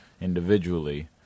individually